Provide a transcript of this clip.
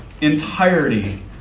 entirety